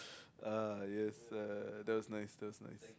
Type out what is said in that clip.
uh yes uh that was nice that was nice